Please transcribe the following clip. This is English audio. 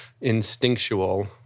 instinctual